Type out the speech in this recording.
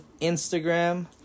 instagram